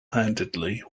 handedly